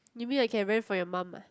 you mean I can rent from your mum ah